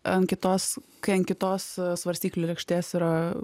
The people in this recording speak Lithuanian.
an kitos kai an kitos svarstyklių lėkštės yra